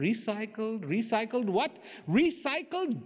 recycled recycled what recycled